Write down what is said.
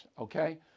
Okay